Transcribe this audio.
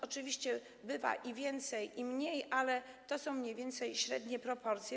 Oczywiście bywa i więcej, i mniej, ale to są mniej więcej średnie proporcje.